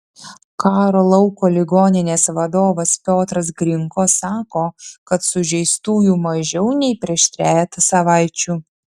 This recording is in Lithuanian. karo lauko ligoninės vadovas piotras grinko sako kad sužeistųjų mažiau nei prieš trejetą savaičių